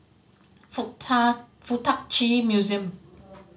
Fuk Ta Fuk Tak Chi Museum